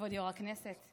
כבוד יושב-ראש הכנסת,